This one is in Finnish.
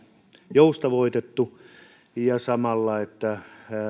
joustavoitettu ja samalla että